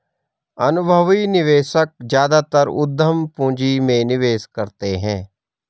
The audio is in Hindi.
अनुभवी निवेशक ज्यादातर उद्यम पूंजी में निवेश करते हैं